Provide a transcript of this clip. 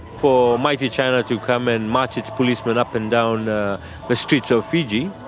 for mighty china to come and march its policemen up and down ah the streets of fiji,